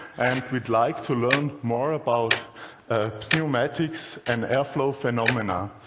and we'd like to learn more about pneumatics and air flow phenomena.